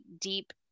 deep